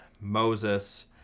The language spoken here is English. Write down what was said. Moses